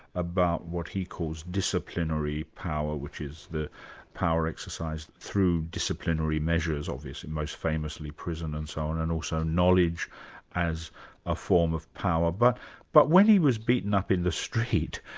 about what he calls disciplinary power, which is the power exercised through disciplinary measures obviously most famously prison and so on, and also knowledge as a form of power. but but when he was beaten up in the street,